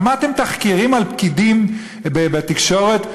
שמעתם תחקירים על פקידים בתקשורת?